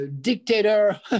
dictator